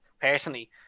personally